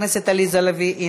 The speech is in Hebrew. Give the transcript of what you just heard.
חברת הכנסת עליזה לביא,